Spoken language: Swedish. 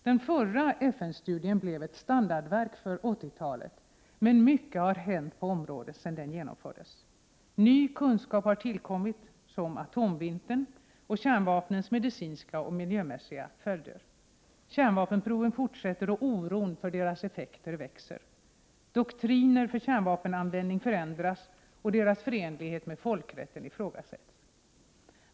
Den förra FN-studien blev ett standardverk för 1980-talet, men mycket har hänt på området sedan den genomfördes. Ny kunskap har tillkommit om ”atomvintern” och kärnvapnens medicinska och miljömässiga följder. Kärnvapenproven fortsätter, och oron för deras effekter växer. Doktriner för kärnvapenanvändning förändras, och deras förenlighet med folkrätten ifrågasätts.